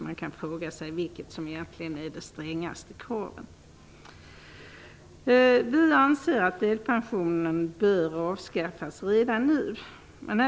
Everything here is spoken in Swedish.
Man kan fråga sig vilket som egentligen är det strängaste kravet. Vi anser att delpensionen bör avskaffas redan nu.